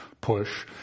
push